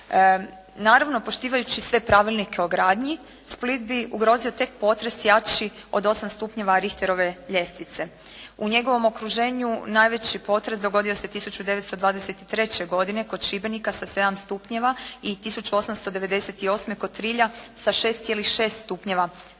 Naravno poštivajući sve pravilnike o gradnji Split bi ugrozio tek potres jači od 8 stupnjeva Richterove ljestvice. U njegovom okruženju najveći potres dogodio se 1923. godine kod Šibenika za 7 stupnjeva i 1898. kod Trilja sa 6,6 stupnjeva po